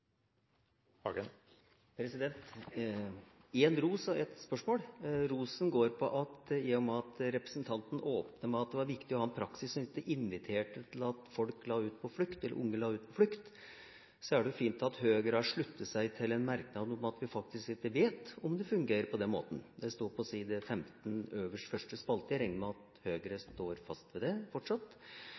borgerlig regjering. Ros og et spørsmål. Rosen går på dette: Representanten åpnet med at det er viktig å ha en praksis som ikke inviterer til at folk legger ut på flukt, eller at unger legger ut på flukt. Da er det fint at Høyre har sluttet seg til merknaden om at vi faktisk ikke vet om det fungerer på den måten – det står på side 15, øverst i første spalte. Jeg regner med at Høyre står fast ved det fortsatt.